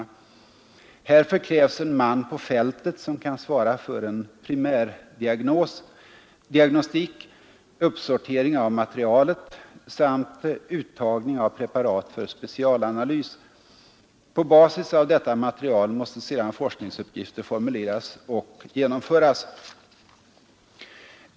Härför krävs en man på fältet som kan svara för en primärdiagnostik, uppsortering av materialet samt uttagning av preparat för specialanalys. På basis av detta material måste sedan forskningsuppgifter formuleras och genomföras.